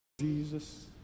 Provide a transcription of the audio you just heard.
Jesus